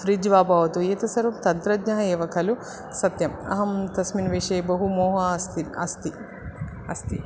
fridge वा भवतु एतत्सर्वं तन्त्रज्ञः एव खलु सत्यम् अहं तस्मिन् विषये बहु मोहः अस्ति अस्ति अस्ति